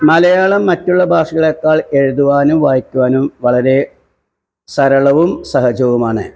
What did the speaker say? മലയാളം മറ്റുള്ള ഭാഷകളെക്കാൾ എഴുതുവാനും വായിക്കുവാനും വളരെ സരളവും സഹജവുമാണ്